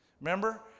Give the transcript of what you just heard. Remember